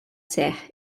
seħħ